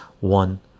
one